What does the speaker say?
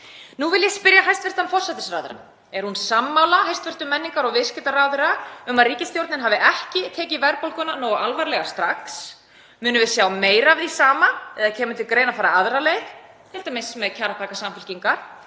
Nú vil ég spyrja hæstv. forsætisráðherra: Er hún sammála hæstv. menningar- og viðskiptaráðherra um að ríkisstjórnin hafi ekki tekið verðbólguna nógu alvarlega strax? Munum við sjá meira af því sama eða kemur til greina að fara aðra leið, t.d. með kjarapakka Samfylkingar?